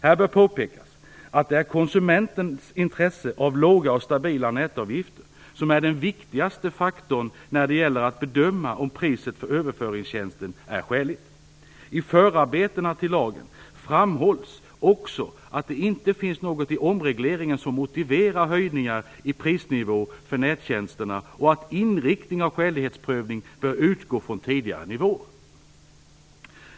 Här bör påpekas att det är konsumentens intresse av låga och stabila nätavgifter som är den viktigaste faktorn när det gäller att bedöma om priset för överföringstjänsten är skäligt. I förarbetena till lagen framhålls också att det inte finns något i omregleringen som motiverar höjningar i prisnivå för nättjänsterna och att inriktningen av skälighetsprövningen bör utgå från tidigare nivåer.